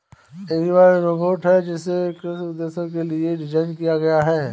agribot एक robot है जिसे कृषि उद्देश्यों के लिए डिज़ाइन किया गया है